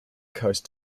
coast